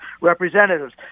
Representatives